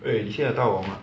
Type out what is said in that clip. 你听得到我 mah